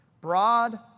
Broad